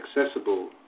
accessible